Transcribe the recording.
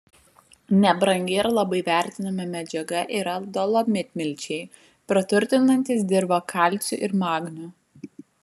nebrangi ir labai vertinama medžiaga yra dolomitmilčiai praturtinantys dirvą kalciu ir magniu